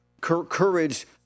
courage